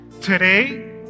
today